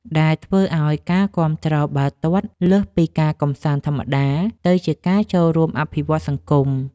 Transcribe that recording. ដែលធ្វើឲ្យការគាំទ្របាល់ទាត់លើសពីការកម្សាន្តធម្មតា ទៅជាការចូលរួមអភិវឌ្ឍសង្គម។